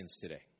today